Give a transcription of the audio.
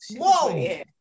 whoa